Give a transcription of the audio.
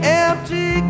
empty